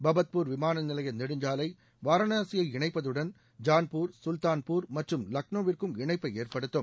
பபத்பூர் விமான நிலைய நெடுஞ்சாலை வாரணாசியை இணைப்பதுடன் ஜான்பூர் சுல்தான்பூர் மற்றும் லக்னேவிற்கும் இணைப்பை ஏற்படுத்தும்